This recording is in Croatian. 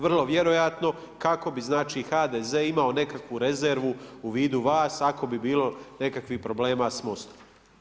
Vrlo vjerojatno kako bi znači HDZ imamo nekakvu rezervu u vidu vas ako bi bilo nekakvih problema sa Mostom.